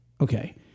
okay